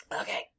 Okay